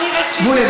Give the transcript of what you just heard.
שמולי,